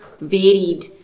varied